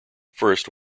first